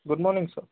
good morning sir